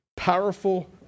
powerful